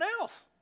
else